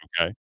okay